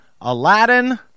Aladdin